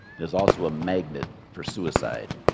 it is also a magnet for suicide,